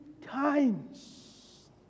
times